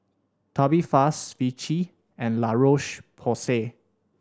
Tubifast Vichy and La Roche Porsay